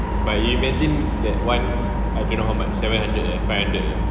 but imagine that [one] I don't know how much seven hundred ah five hundred ah